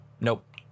Nope